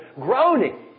groaning